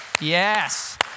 Yes